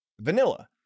vanilla